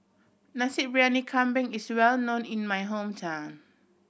Nasi Briyani Kambing is well known in my hometown